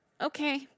Okay